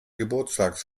geburtstags